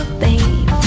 babe